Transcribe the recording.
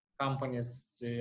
companies